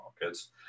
markets